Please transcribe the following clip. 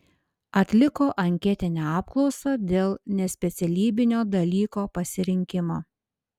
atliko anketinę apklausą dėl nespecialybinio dalyko pasirinkimo